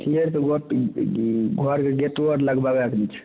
छियै तऽ घरके गेटो आओर लगबाबैके ने छै